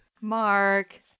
Mark